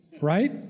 right